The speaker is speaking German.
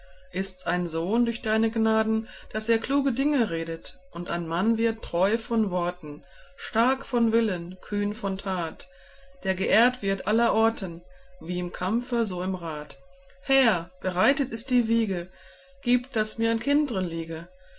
ists ein sohn durch deine gnaden daß er kluge dinge redet und ein mann wird treu von worten stark von willen kühn von tat der geehrt wird aller orten wie im kampfe so im rat herr bereitet ist die wiege gib daß mir ein kind drin liege